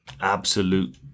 absolute